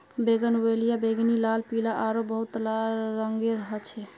bougainvillea बैंगनी, लाल, पीला आरो बहुतला रंगेर ह छे